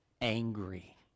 angry